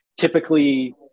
Typically